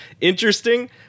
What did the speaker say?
interesting